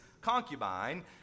concubine